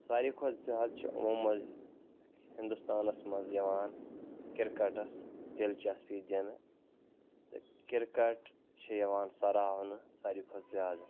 سارِوٕے کھۅتہٕ زیادٕ چھُ یِمو منٛز ہنٛدوستانَس منٛز یِوان کرٛکٹس دِلچسپی دِنہٕ تہٕ کِرٛکٹ چھُ یوان سراہنہٕ سارِوٕے کھۅتہٕ زیٛادٕ